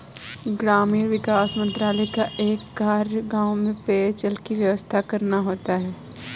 ग्रामीण विकास मंत्रालय का एक कार्य गांव में पेयजल की व्यवस्था करना होता है